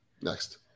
Next